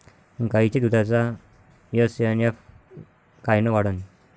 गायीच्या दुधाचा एस.एन.एफ कायनं वाढन?